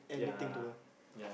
yeah yeah